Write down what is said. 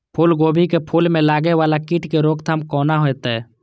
फुल गोभी के फुल में लागे वाला कीट के रोकथाम कौना हैत?